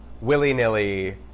willy-nilly